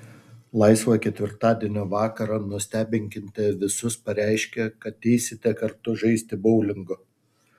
laisvą ketvirtadienio vakarą nustebinkite visus pareiškę kad eisite kartu žaisti boulingo